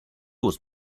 was